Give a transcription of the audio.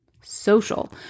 social